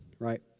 right